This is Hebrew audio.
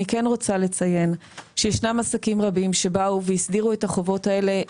אני כן רוצה לציין שישנם עסקים רבים שבאו והסדירו את החובות האלה,